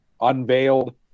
unveiled